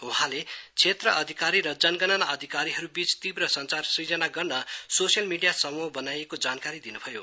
वहाँले क्षेत्र अधिकारी र जनगणना अधिकारीहरू बिच तीब्र संचार सूजना गर्न सोसियल मिडिया समूह बनाइएको जानकारी दिन् भयो